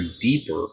deeper